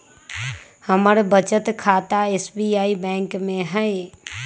हमर बचत खता एस.बी.आई बैंक में हइ